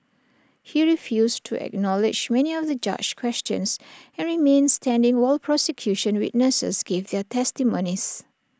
he refused to acknowledge many of the judge's questions and remained standing while prosecution witnesses gave their testimonies